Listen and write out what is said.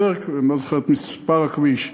אני לא זוכר את מספר הכביש,